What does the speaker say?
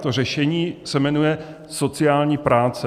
To řešení se jmenuje sociální práce.